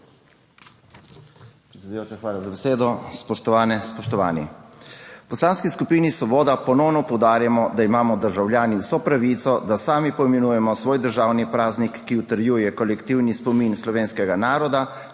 hvala za besedo. Spoštovane, spoštovani! V Poslanski skupini Svoboda ponovno poudarjamo, da imamo državljani vso pravico, da sami poimenujemo svoj državni praznik, ki utrjuje kolektivni spomin slovenskega naroda